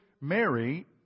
Mary